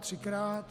Třikrát?